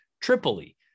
Tripoli